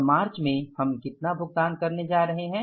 और मार्च में हम कितना भुगतान करने जा रहे हैं